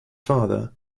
father